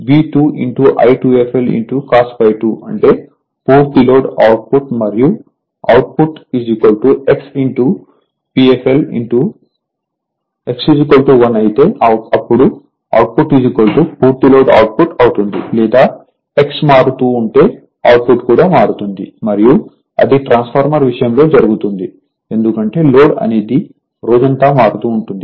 V 2 I2fl cos ∅2 అంటే పూర్తి load output మరియు output X P f l X 1 అయితే అప్పుడు అవుట్పుట్ పూర్తి లోడ్ అవుట్పుట్ అవుతుంది లేదా X మారుతూ ఉంటే అవుట్పుట్ కూడా మారుతుంది మరియు అది ట్రాన్స్ఫార్మర్ విషయంలో జరుగుతుంది ఎందుకంటే లోడ్ అనేది రోజంతా మారుతూ ఉంటుంది